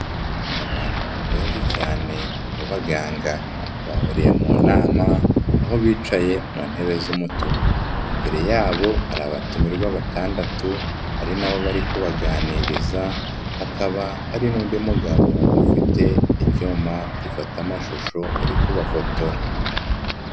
Abantu benshi cyane b'abaganga bahuriye mu nama aho bicaye mu ntebe z'umutuku, imbere yabo hari abatumirwa batandatu ari na bo bari kubaganiriza, hakaba hari n'undi mugabo ufite icyuma gifata amashusho uri kubafotora.